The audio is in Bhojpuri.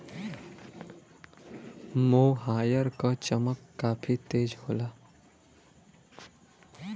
मोहायर क चमक काफी तेज होला